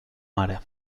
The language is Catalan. mare